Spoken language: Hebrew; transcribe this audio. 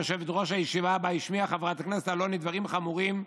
יושבת-ראש הישיבה שבה השמיעה חברת הכנסת אלוני דברים חמורים,